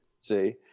See